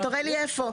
תראה לי איפה.